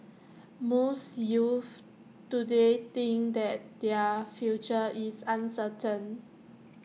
most youths today think that their future is uncertain